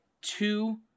two